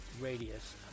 radius